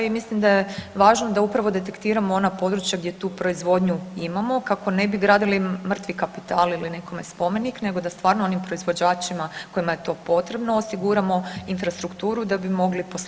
I mislim da je važno da upravo detektiramo ona područja gdje tu proizvodnju imamo kako ne bi gradili mrtvi kapital ili nekome spomenik, nego da stvarno onim proizvođačima kojima je to potrebno osiguramo infrastrukturu da bi mogli poslovati.